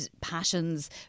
passions